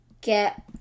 get